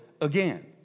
again